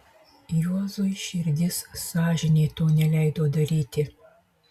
juozui širdis sąžinė to neleido daryti